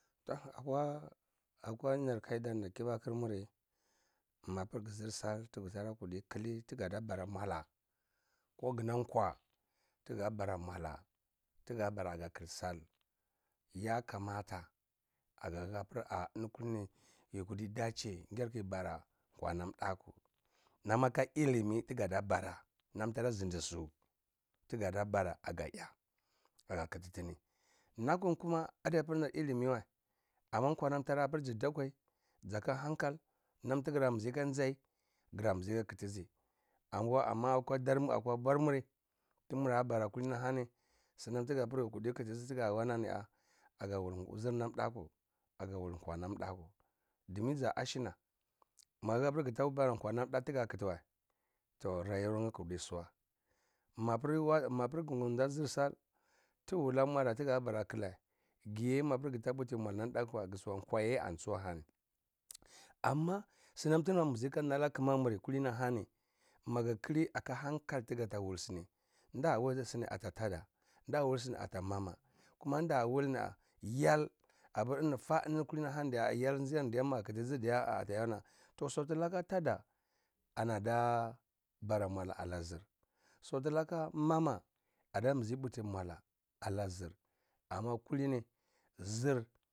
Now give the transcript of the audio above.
Toh akwa, akwa nir kaidar nir kibakur muri mapir gizir salt oh tigitara kurta talie gada bara mwala kognam kwatiya bara mwala tiga bara khil sal, yakamata agahepir ah eni kulini yi kurta dadeh gin ki bara mwala nam dakwu, nam aka elimi eigada bara nam tara zindi su tigada bara agaya aga khititini. Lakum kuma adiapir nir elimi wa amma kwa nam apiri zi dakwai zaka hankal, nam ti gra muzi ka nzai zara mizi ka khitizi anwa akwa dar mir akwa bwar muri timun bara kulini ahani sinam tiga bara khitizi kulini-ah aya wulzir nam dakwu aga wul kwa nam dakwu domin za ashina magita khir ga bara kwa nan dakwu tiga khiti wa toh rayuwaryeh khiti suwa mapir zir sal tigwula mwala tiga bara khileh giye mapir gita puti mwa nam dakwu wa kurta suwa kwaiye ani tse-ani amma sinam tida miza hana khmamir kulini ahani magikhili aka hanka tigala wulsini nda wulsini ata tada nda wulsini ata mama kume nda wulni-ah yal apir eni fan da yal jirar ni ma gi khitiji diya-ah atayana toh sauti laka tada anada bara nwala ana zhir, saudi laka mama achamigi mwala ana zhir amma kulini zhir.